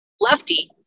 lefty